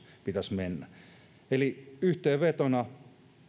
pitäisi mennä eli yhteenvetona